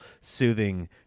soothing